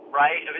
right